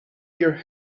your